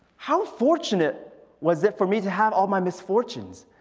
how fortunate was it for me to have all my misfortunes.